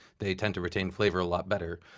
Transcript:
they tend to retain flavor a lot better.